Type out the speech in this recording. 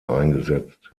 eingesetzt